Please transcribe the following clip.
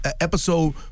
episode